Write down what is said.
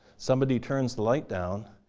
somebody turns the light down.